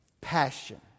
passion